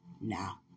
now